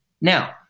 Now